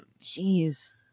Jeez